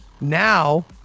Now